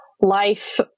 life